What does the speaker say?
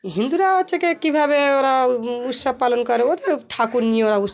হিন্দুরা হচ্ছে গিয়ে কিভাবে ওরা উৎসব পালন করে ওদের ঠাকুর নিয়ে ওরা উৎসব